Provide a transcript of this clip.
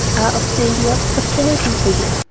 octavia, what can i do for you?